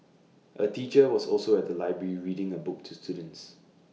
A teacher was also at the library reading A book to students